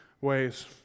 ways